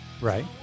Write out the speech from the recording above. Right